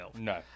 No